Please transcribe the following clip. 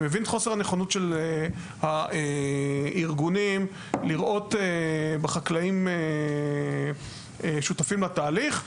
אני מבין את חוסר הנכונות של הארגונים לראות בחקלאים שותפים לתהליך,